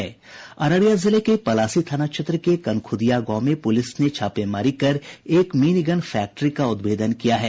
अररिया जिले के पलासी थाना क्षेत्र के कनखूदिया गांव में पूलिस ने छापेमारी कर एक मिनीगन फैक्ट्री का उद्भेदन किया है